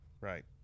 Right